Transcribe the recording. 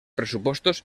pressupostos